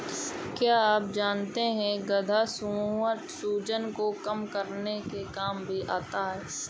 क्या आप जानते है गदा सूजन को कम करने के काम भी आता है?